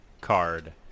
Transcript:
card